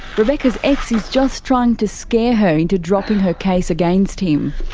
rebecca's ex is just trying to scare her into dropping her case against him.